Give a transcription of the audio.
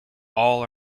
all